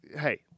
hey